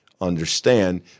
understand